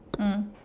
mm